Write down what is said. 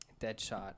Deadshot